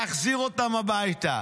להחזיר אותם הביתה.